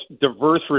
diverse